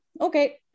Okay